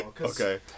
okay